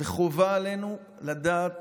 וחובה עלינו לדעת